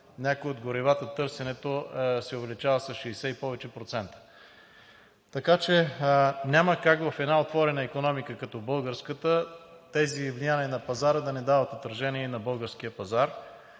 някои от горивата се увеличава с 60 и повече процента. Така че няма как в една отворена икономика като българската тези влияния на пазара да не дават отражение и на българския пазар.